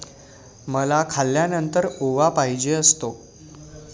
मला खाल्यानंतर ओवा पाहिजे असतो